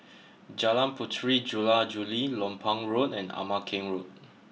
Jalan Puteri Jula Juli Lompang Road and Ama Keng Road